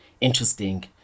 interesting